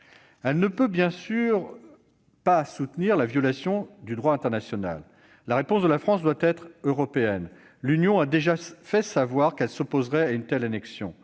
Elle ne peut pas, bien sûr, soutenir la violation du droit international. La réponse de la France doit être européenne. L'Union a déjà fait savoir qu'elle s'opposerait à une telle annexion.